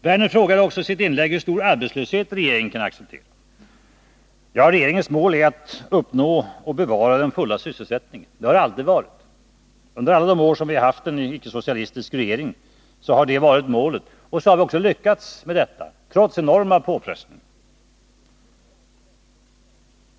Vidare frågade Lars Werner hur stor arbetslöshet regeringen kan acceptera. Regeringens mål är att uppnå och bevara den fulla sysselsättningen. Under alla de år vi har haft en icke-socialistisk regering har det varit målet, och vi har också lyckats med detta trots enorma påfrestningar.